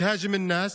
(אומר בערבית: תוקפת את האנשים,)